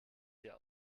hier